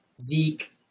Zeke